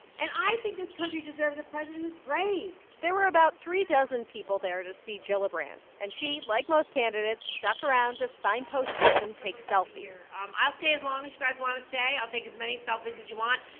and i think this country deserves a president who's brave there were about three dozen people there to see gillibrand. and she, like most candidates, stuck around to sign posters and take selfies i'll um ah stay as long as you guys want to stay. i'll take as many selfies as you want.